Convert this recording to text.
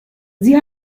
sie